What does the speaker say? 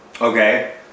Okay